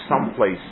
someplace